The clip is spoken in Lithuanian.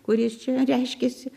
kuris čia reiškiasi